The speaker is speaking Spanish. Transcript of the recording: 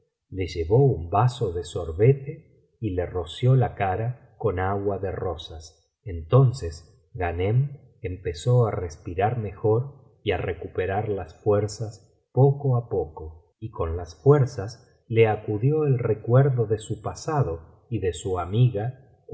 le llevó un vaso de sorbete y le roció la cara con agua de rosas entonces ghanem empezó á respirar mejor y á recuperar las fuerzas poco á poco y con las fuerzas le acudió el recuerdo de su pasado y de su amiga